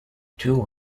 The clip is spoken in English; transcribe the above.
two